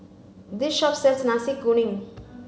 this shop sells Nasi Kuning